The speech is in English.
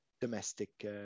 domestic